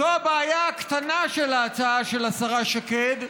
זו הבעיה הקטנה של ההצעה של השרה שקד,